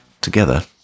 together